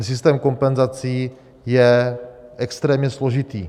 Systém kompenzací je extrémně složitý.